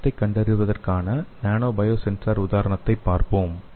புரதத்தைக் கண்டறிவதற்கான நானோபயோசென்சர் உதாரணத்தைப் பார்ப்போம்